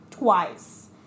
twice